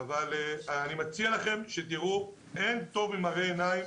אבל אני מציע לכם שתראו כי אין טוב ממראה עיניים.